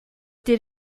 did